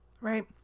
right